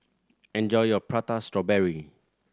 enjoy your Prata Strawberry